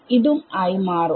ഉം ആയി മാറും